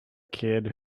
kid